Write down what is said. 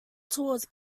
towards